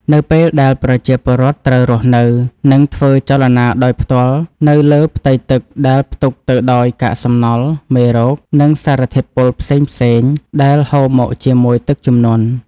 នៅពេលដែលប្រជាពលរដ្ឋត្រូវរស់នៅ និងធ្វើចលនាដោយផ្ទាល់នៅលើផ្ទៃទឹកដែលផ្ទុកទៅដោយកាកសំណល់ មេរោគ និងសារធាតុពុលផ្សេងៗដែលហូរមកជាមួយទឹកជំនន់។